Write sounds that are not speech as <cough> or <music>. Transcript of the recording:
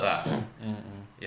<noise> mm mm